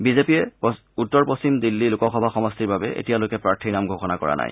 বিজেপিয়ে উত্তৰ পশ্চিম দিল্লী লোকসভা সমষ্টিৰ বাবে এতিয়ালৈকে প্ৰাৰ্থীৰ নাম ঘোষণা কৰা নাই